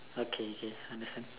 okay okay understand